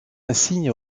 insigne